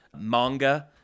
manga